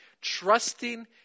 Trusting